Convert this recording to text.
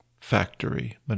factory